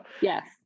Yes